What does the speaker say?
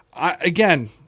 Again